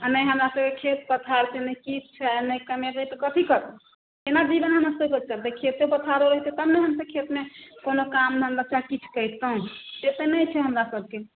आओर नहि हमरासबके खेत पथार छै नहि किछु छै नहि कमेबै तऽ कथी करब कोना जीवन हमरासबके चलतै खेतो पथार रहितै तब ने हमसब खेतमे कोनो काम धन्धा चाहे किछु करितहुँ से तऽ नहि छै हमरासबके